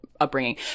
upbringing